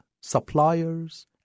suppliers